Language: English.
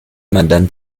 madame